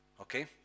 Okay